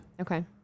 Okay